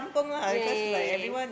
ya ya ya ya